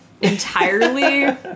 Entirely